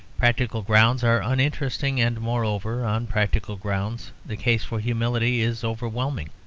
practical grounds are uninteresting, and, moreover, on practical grounds the case for humility is overwhelming.